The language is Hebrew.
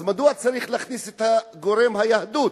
אז מדוע צריך להכניס את גורם היהדות?